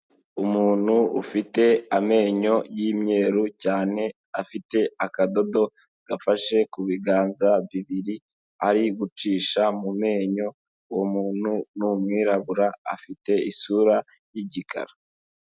Umuntu ufite amenyo y'umweru cyane afite akadodo gafashe ku biganza bibiri ari gucisha mu menyo, umuntu ni umwirabura afite isura y'igikara.